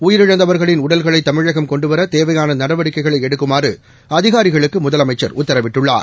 உயிரிழந்தவர்களின் உடல்களை தமிழகம் கொண்டுவர தேவையான நடவடிக்கைகளை எடுக்குமாறு அதிகாரிகளுக்கு முதலமைச்சர் உத்தரவிட்டுள்ளார்